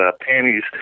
panties